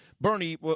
Bernie